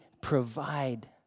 provide